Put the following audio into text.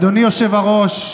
אדוני היושב-ראש,